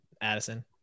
addison